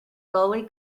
gully